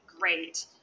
great